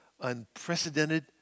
unprecedented